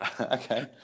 Okay